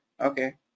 okay